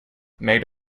made